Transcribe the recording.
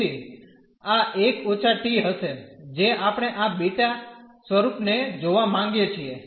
તેથી આ 1 ઓછા t હશે જે આપણે આ બીટા સ્વરુપ ને જોવા માંગીએ છીએ